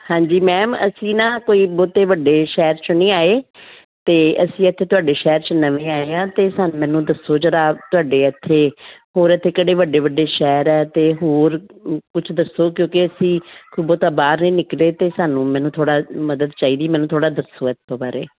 ਹਾਂਜੀ ਮੈਮ ਅਸੀਂ ਨਾ ਕੋਈ ਬਹੁਤ ਵੱਡੇ ਸ਼ਹਿਰ 'ਚੋਂ ਨਹੀਂ ਆਏ ਅਤੇ ਅਸੀਂ ਇੱਥੇ ਤੁਹਾਡੇ ਸ਼ਹਿਰ 'ਚ ਨਵੇਂ ਆਏ ਹਾਂ ਅਤੇ ਸਾਨੂੰ ਮੈਨੂੰ ਦੱਸੋ ਜ਼ਰਾ ਤੁਹਾਡੇ ਇੱਥੇ ਹੋਰ ਇੱਥੇ ਕਿਹੜੇ ਵੱਡੇ ਵੱਡੇ ਸ਼ਹਿਰ ਹੈ ਅਤੇ ਹੋਰ ਕੁਛ ਦੱਸੋ ਕਿਉਂਕਿ ਅਸੀਂ ਕੋਈ ਬਹੁਤਾ ਬਾਹਰ ਨਹੀਂ ਨਿਕਲੇ ਅਤੇ ਸਾਨੂੰ ਮੈਨੂੰ ਥੋੜ੍ਹਾ ਮਦਦ ਚਾਹੀਦੀ ਮੈਨੂੰ ਥੋੜ੍ਹਾ ਦੱਸੋ ਇਸ ਤੋਂ ਬਾਰੇ